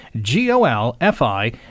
G-O-L-F-I